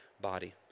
body